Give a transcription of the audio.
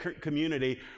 community